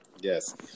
yes